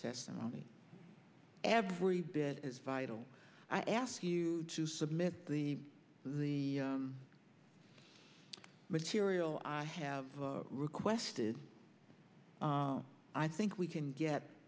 testimony every bit as vital i ask you to submit the the material i have requested i think we can get